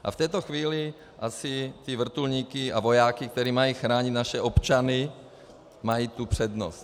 A v této chvíli asi ty vrtulníky a vojáky, kteří mají chránit naše občany, mají tu přednost.